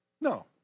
No